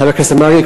חבר הכנסת מרגי,